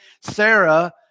Sarah